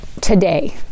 today